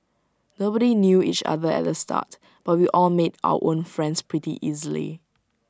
nobody knew each other at the start but we all made our own friends pretty easily